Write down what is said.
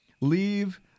leave